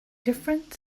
different